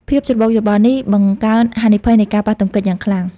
ភាពច្របូកច្របល់នេះបង្កើនហានិភ័យនៃការប៉ះទង្គិចយ៉ាងខ្លាំង។